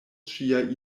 ŝia